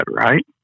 right